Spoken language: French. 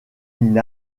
liste